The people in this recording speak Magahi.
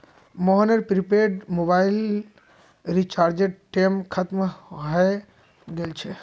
मोहनेर प्रीपैड मोबाइल रीचार्जेर टेम खत्म हय गेल छे